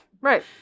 Right